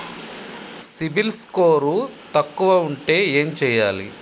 CIBIL score తక్కువ ఉంటే ఏం చేయాలి?